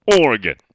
Oregon